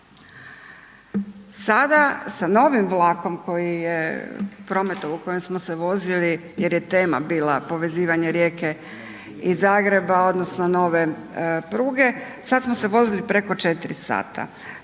Sada sa novim vlakom koji je prometovao u kojem smo se vozili jer je tema bila povezivanje Rijeke i Zagreba odnosno nove pruge, sada smo se vozili preko 4 sata.